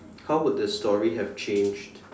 how would the story have changed